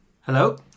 Hello